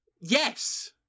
Yes